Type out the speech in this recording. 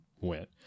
went